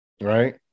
right